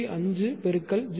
5 பெருக்கல் 0